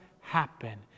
happen